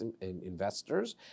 investors